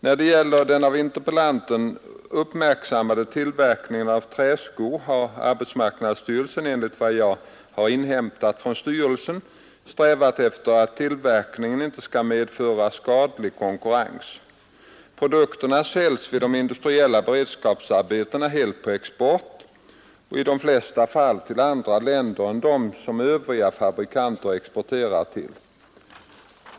När det gäller den av interpellanten uppmärksammade tillverkningen av träskor har AMS, enligt vad jag har inhämtat från styrelsen, strävat efter att tillverkningen inte skall medföra skadlig konkurrens. Produkterna säljs vid de industriella beredskapsarbetena helt på export och i de flesta fall till andra länder än dem som övriga fabrikanter exporterar till.